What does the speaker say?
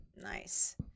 Nice